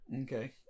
okay